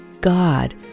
God